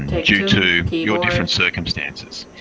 due to your different circumstances.